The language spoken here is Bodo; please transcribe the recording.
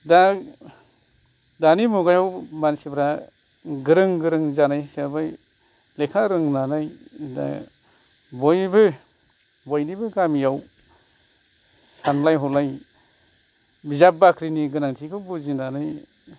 दा दानि मुगायाव मानसिफोरा गोरों गोरों जानाय हिसाबै लेखा रोंनानै दा बयबो बयनिबो गामियाव सानलाय हलायै बिजाब बाख्रिनि गोनांथिखौ बुजिनानै